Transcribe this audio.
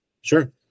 Sure